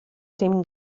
den